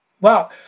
Wow